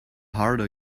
harder